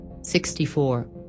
64